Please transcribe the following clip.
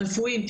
רפואיים,